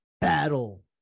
battle